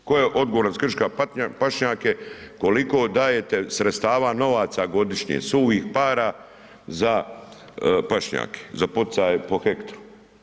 Tko je odgovaran za krške pašnjake, koliko dajete sredstava, novaca, godišnje, suhih para za pašnjake, za poticaje po hektru?